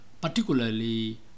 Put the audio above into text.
particularly